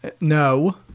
No